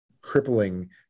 crippling